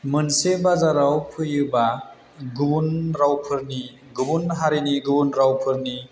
मोनसे बाजाराव फैयोबा गुबुन रावफोरनि गुबुन हारिनि गुबुन रावफोरनि